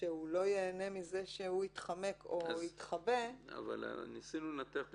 שהוא לא ייהנה מזה שהוא התחמק או התחבא -- אבל ניסינו לנתח.